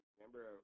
remember